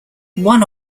one